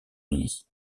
uni